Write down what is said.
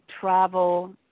travel